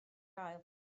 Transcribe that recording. gael